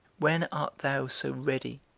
when art thou so ready,